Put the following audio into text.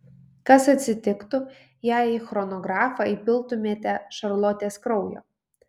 kas atsitiktų jei į chronografą įpiltumėte šarlotės kraujo